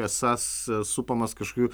esąs supamas kažkokių